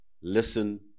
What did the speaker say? Listen